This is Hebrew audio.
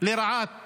לרעת